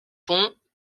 pons